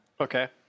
Okay